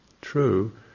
true